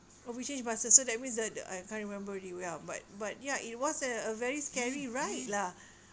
oh we changed buses so that means the I can't remember already ya but but ya it was a very scary ride lah